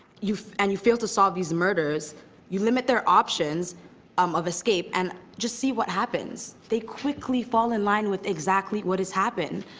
and you fail to solve these murders you limit their options um of escape and just see what happens. they quickly fall in line with exactly what is happened,